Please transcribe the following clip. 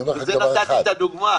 בגלל זה נתתי את הדוגמה.